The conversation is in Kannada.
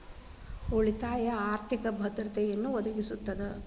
ಉಳಿತಾಯ ಆರ್ಥಿಕ ಭದ್ರತೆಯನ್ನ ಒದಗಿಸ್ತದ